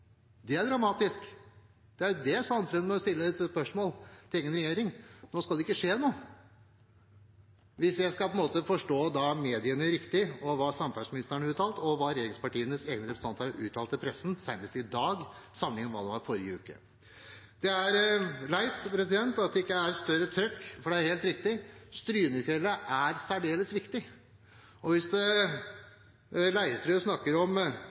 dramatisk, og det er det Sandtrøen må stille spørsmål om til egen regjering. Nå skal det ikke skje noe, hvis jeg skal forstå mediene riktig, og ut fra hva samferdselsministeren og regjeringspartienes egne representanter har uttalt til pressen, senest i dag – sammenlignet med hva det var forrige uke. Det er leit at det ikke er større trøkk, for det er helt riktig: Strynefjellet er særdeles viktig. Leirtrø snakker om mangel på entreprenører. Ja, det